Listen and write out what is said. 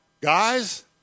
Guys